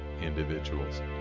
individuals